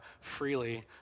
freely